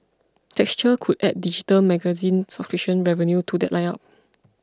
texture could add digital magazine subscription revenue to that lineup